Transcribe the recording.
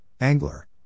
Angler